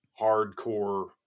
hardcore